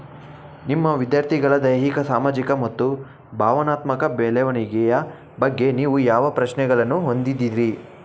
ನಿಮ್ಮ ವಿದ್ಯಾರ್ಥಿಗಳ ದೈಹಿಕ ಸಾಮಾಜಿಕ ಮತ್ತು ಭಾವನಾತ್ಮಕ ಬೆಳವಣಿಗೆಯ ಬಗ್ಗೆ ನೀವು ಯಾವ ಪ್ರಶ್ನೆಗಳನ್ನು ಹೊಂದಿದ್ದೀರಿ?